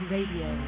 Radio